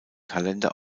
kalender